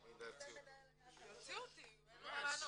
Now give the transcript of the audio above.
הדרכים- - את זה כבר אמרת אז זה לא עונה